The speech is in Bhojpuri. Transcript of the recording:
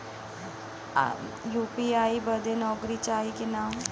यू.पी.आई बदे नौकरी चाही की ना?